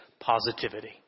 Positivity